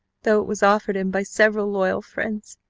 though it was offered him by several loyal friends.